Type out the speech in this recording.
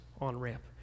on-ramp